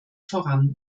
voran